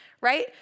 right